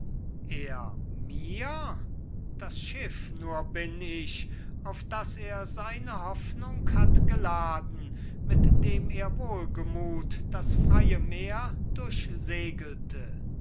er mir das schiff nur bin ich auf das er seine hoffnung hat geladen mit dem er wohlgemut das freie meer